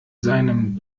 seinem